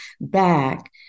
back